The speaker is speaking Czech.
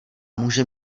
může